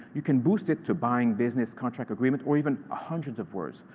you can boost it to buying, business, contract agreement, or even hundreds of words.